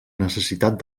necessitat